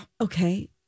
Okay